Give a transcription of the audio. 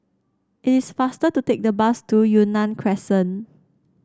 it's faster to take the bus to Yunnan Crescent